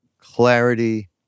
clarity